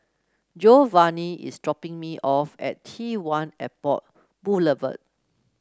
Geovanni is dropping me off at T one Airport Boulevard